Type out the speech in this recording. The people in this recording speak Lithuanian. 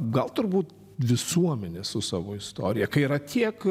gal turbūt visuomenė su savo istorija kai yra tiek